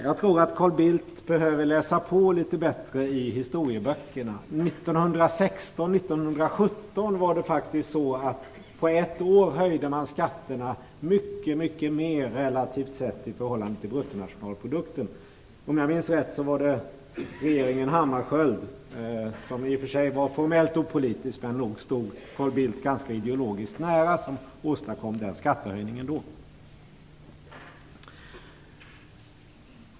Jag tror att Carl Bildt behöver läsa på litet bättre i historieböckerna. 1916 och 1917 var det faktiskt så att man på ett år höjde skatterna mycket mer relativt sett i förhållande till bruttonationalprodukten. Om jag minns rätt var det regeringen Hammarskjöld, - som visserligen var formellt opolitisk men nog stod Carl Bildt ideologiskt ganska nära - som åstadkom den skattehöjningen.